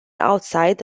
outside